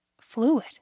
fluid